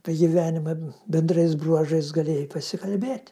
tą gyvenimą bendrais bruožais galėjai pasikalbėt